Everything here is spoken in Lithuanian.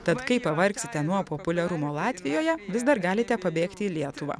tad kai pavargsite nuo populiarumo latvijoje vis dar galite pabėgti į lietuvą